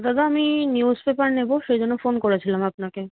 দাদা আমি নিউসপেপার নেবো সেই জন্য ফোন করেছিলাম আপনাকে